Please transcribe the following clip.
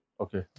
Okay